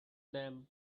them